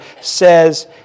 says